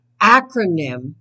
acronym